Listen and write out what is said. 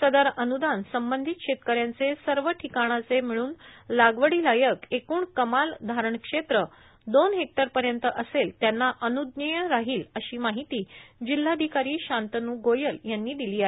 सदर अनुदान संबंधित शेतकऱ्यांचे सव र् ाठकाणाचे र्मिळून लागवडीलायक एकूण कमाल धारण क्षेत्र दोन हेक्टर पयत असेल त्यांना अन्ज्ञेय राहोल अशी माहिती जिल्हाधिकारी शांतनू गोयल यांनी दिली आहे